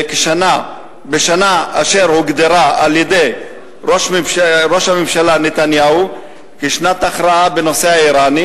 בשנה אשר הוגדרה על-ידי ראש הממשלה נתניהו כשנת הכרעה בנושא האירני.